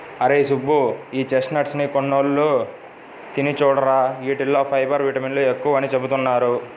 అరేయ్ సుబ్బు, ఈ చెస్ట్నట్స్ ని కొన్నాళ్ళు తిని చూడురా, యీటిల్లో ఫైబర్, విటమిన్లు ఎక్కువని చెబుతున్నారు